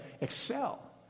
excel